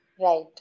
Right